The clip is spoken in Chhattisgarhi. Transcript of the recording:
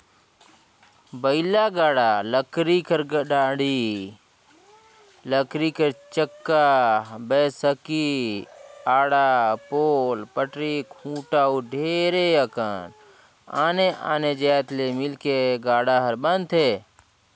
बइला गाड़ा लकरी कर डाड़ी, लकरी कर चक्का, बैसकी, आड़ा, पोल, पटरा, खूटा अउ ढेरे अकन आने आने जाएत ले मिलके गाड़ा हर बनथे